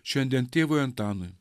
šiandien tėvui antanui